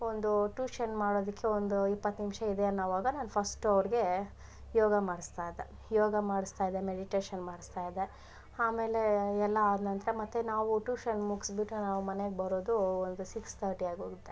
ಒಂದು ಟ್ಯೂಷನ್ ಮಾಡೋದಕ್ಕೆ ಒಂದು ಇಪ್ಪತ್ತು ನಿಮಿಷ ಇದೆ ಅನ್ನೋವಾಗ ನಾನು ಫಸ್ಟ್ ಅವ್ರಿಗೆ ಯೋಗ ಮಾಡಿಸ್ತಾಯಿದ್ದೆ ಯೋಗ ಮಾಡಿಸ್ತಾಯಿದ್ದೆ ಮೆಡಿಟೇಷನ್ ಮಾಡಿಸ್ತಾಯಿದ್ದೆ ಆಮೇಲೆ ಎಲ್ಲ ಆದ ನಂತರ ಮತ್ತು ನಾವು ಟ್ಯೂಷನ್ ಮುಗಿಸ್ಬಿಟ್ಟು ನಾವು ಮನೆಗೆ ಬರೋದು ಒಂದು ಸಿಕ್ಸ್ ತರ್ಟಿ ಆಗೋಗುತ್ತೆ